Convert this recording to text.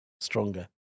stronger